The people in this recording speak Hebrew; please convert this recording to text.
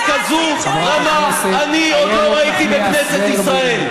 וכזאת אני עוד לא ראיתי בכנסת ישראל.